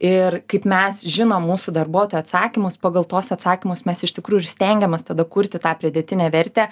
ir kaip mes žinom mūsų darbuotojų atsakymus pagal tuos atsakymus mes iš tikrųjų ir stengiamės tada kurti tą priedėtinę vertę